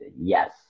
yes